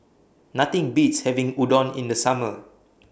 Nothing Beats having Udon in The Summer